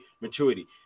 maturity